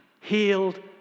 healed